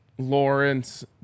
Lawrence